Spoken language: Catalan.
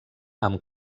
amb